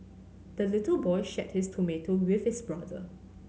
the little boy shared his tomato with his brother